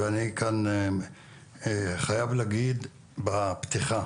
אני כאן חייב להגיד בפתיחה,